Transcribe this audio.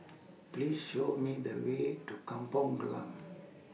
Please Show Me The Way to Kampong Glam